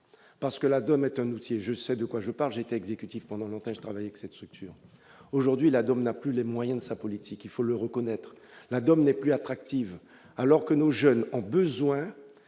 parce que la donne est un outil et je sais de quoi je parle, j'étais exécutif pendant longtemps je travaille que cette structure aujourd'hui la Dorna plus les moyens de sa politique, il faut le reconnaître, la donne n'est plus attractives, alors que nos jeunes ont besoin